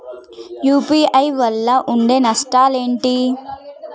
UPI వల్ల ఉండే నష్టాలు ఏంటి??